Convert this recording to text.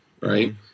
Right